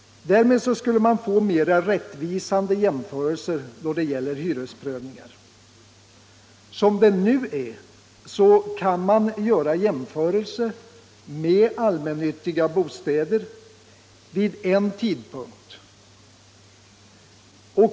Därmed skulle man få mer rättvisande jämförelser då det gäller hyresprövningar. Som det nu är kan jämförelser göras med allmännyttiga bostäder vid en tidpunkt.